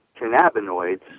cannabinoids